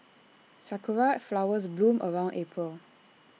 Sakura Flowers bloom around April